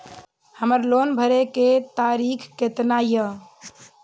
हमर लोन भरे के तारीख केतना ये?